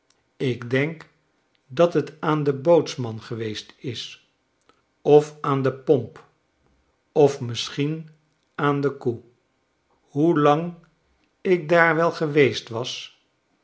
ik denk dat het aan de bootsman geweest is of aan de pomp of misschien aan dekoe hoelang ik daar wel geweest was